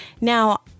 now